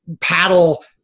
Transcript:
paddle